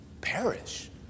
Perish